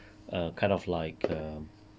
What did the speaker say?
err kind of like err